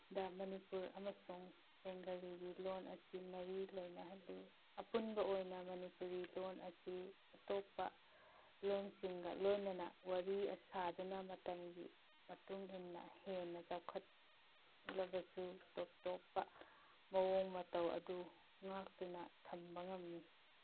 ꯗ ꯃꯅꯤꯄꯨꯔ ꯑꯃꯁꯨꯡ ꯕꯦꯡꯒꯂꯤꯒꯤ ꯂꯣꯟ ꯑꯁꯤ ꯃꯔꯤ ꯂꯩꯅꯍꯟꯂꯤ ꯑꯄꯨꯟꯕ ꯑꯣꯏꯅ ꯃꯅꯤꯄꯨꯔꯤ ꯂꯣꯟ ꯑꯁꯤ ꯑꯇꯣꯞꯄ ꯂꯣꯜꯁꯤꯡꯒ ꯂꯣꯏꯅꯅ ꯋꯥꯔꯤ ꯁꯥꯗꯨꯅ ꯃꯇꯝꯒꯤ ꯃꯇꯨꯡ ꯏꯟꯅ ꯍꯦꯟꯅ ꯆꯥꯎꯈꯠꯂꯕꯁꯨ ꯇꯣꯞ ꯇꯣꯞꯄꯥ ꯃꯑꯣꯡ ꯃꯇꯧ ꯑꯗꯨ ꯉꯥꯛꯇꯨꯅ ꯊꯝꯕ ꯉꯝꯃꯤ